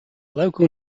local